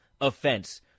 offense